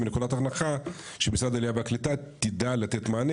מנקודת הנחה שמשרד העלייה והקליטה תדע לתת מענה,